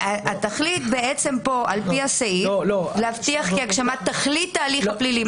התכלית בעצם פה על פי הסעיף היא להבטיח כי הגשמת תכלית ההליך הפלילי,